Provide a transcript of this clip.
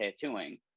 tattooing